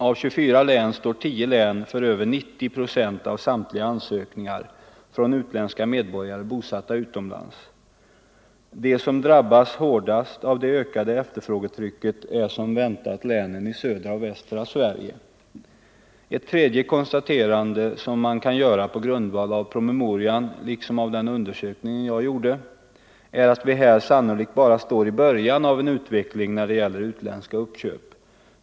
Av 24 län har 10 län över 90 procent av samtliga ansökningar från utländska medborgare bosatta utomlands. De län som drabbats hårdast av det ökade efterfrågetrycket är som väntat länen i södra och västra Sverige. 3. Ett tredje konstaterande som man kan göra på grundval av promemorian — liksom av den undersökning jag gjorde — är att vi här sannolikt bara står i början av en utveckling när det gäller utländska uppköp.